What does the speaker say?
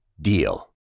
DEAL